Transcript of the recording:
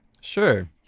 Sure